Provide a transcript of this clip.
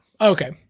Okay